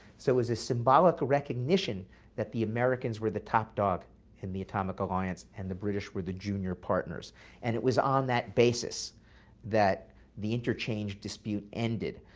so it was a symbolic recognition that the americans were the top dog in the atomic alliance and the british were the junior partners. and it was on that basis that the interchange dispute ended.